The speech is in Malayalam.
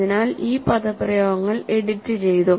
അതിനാൽ ഈ പദപ്രയോഗങ്ങൾ എഡിറ്റുചെയ്തു